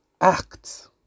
act